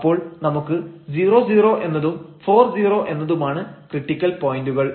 അപ്പോൾ നമുക്ക് 00 എന്നതും 40 എന്നതുമാണ് ക്രിട്ടിക്കൽ പോയന്റുകൾ